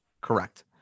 Correct